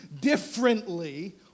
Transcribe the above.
differently